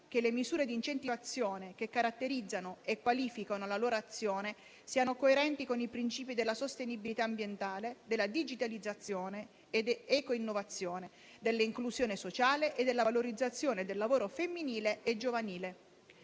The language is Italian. che le misure di incentivazione che caratterizzano e qualificano la loro azione siano coerenti con i principi della sostenibilità ambientale, della digitalizzazione e della eco-innovazione, dell'inclusione sociale e della valorizzazione del lavoro femminile e giovanile.